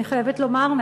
אני חייבת לומר,